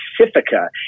Pacifica